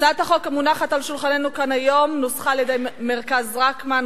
הצעת החוק המונחת על שולחננו כאן היום נוסחה על-ידי "מרכז רקמן",